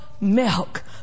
milk